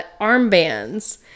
armbands